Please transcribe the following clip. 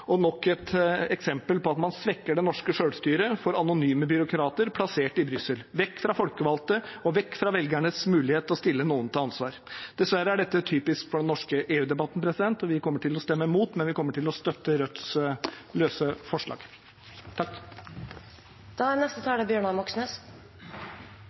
og det er nok et eksempel på at man svekker det norske selvstyret til fordel for anonyme byråkrater plassert i Brussel, altså vekk fra folkevalgte og vekk fra velgernes mulighet til å stille noen til ansvar. Dessverre er dette typisk for den norske EU-debatten. Vi kommer til å stemme mot, men vi kommer til å støtte Rødts løse forslag.